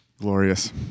Glorious